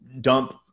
dump